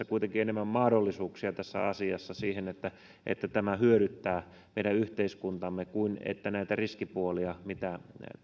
kuitenkin enemmän mahdollisuuksia tässä asiassa siihen että että tämä hyödyttää meidän yhteiskuntaamme kuin näitä riskipuolia mitä